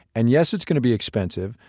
and yes, it's going to be expensive,